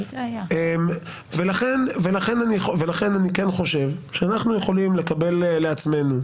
לכן אני כן חושב שאנחנו יכולים לקבל לעצמנו,